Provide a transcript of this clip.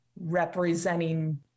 representing